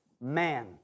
man